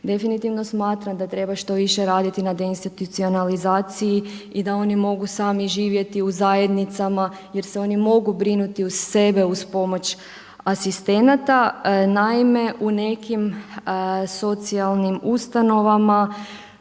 Definitivno smatram da treba što više raditi na de institucionalizaciji i da oni mogu sami živjeti u zajednicama jer se oni mogu brinuti za sebe uz pomoć asistenata. Naime, u nekim socijalnim ustanovama